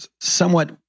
somewhat